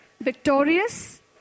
victorious